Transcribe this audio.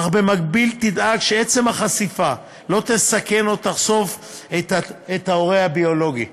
אך במקביל תדאג שהחשיפה לא תסכן או תחשוף את ההורה הביולוגי.